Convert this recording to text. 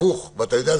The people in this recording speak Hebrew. הפוך, ואתה יודע?